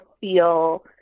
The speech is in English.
feel